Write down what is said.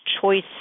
choice